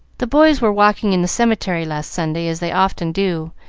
the boys were walking in the cemetery last sunday, as they often do,